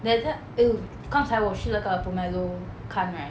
that ti~ err 刚才我试了个 Pomelo can right